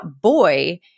boy